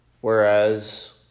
whereas